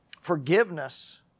Forgiveness